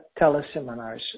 teleseminars